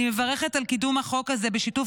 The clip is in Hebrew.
אני מברכת על קידום החוק הזה בשיתוף